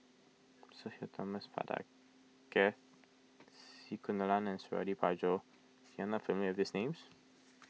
Sudhir Thomas Vadaketh C Kunalan and Suradi Parjo you are not familiar with these names